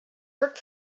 work